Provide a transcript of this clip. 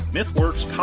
MythWorks